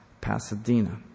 Pasadena